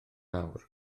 awr